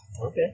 Okay